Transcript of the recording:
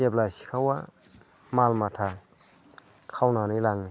जेब्ला सिखावा माल माथा खावनानै लाङो